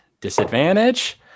Disadvantage